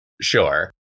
Sure